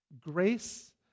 Grace